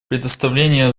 предоставление